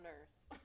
nurse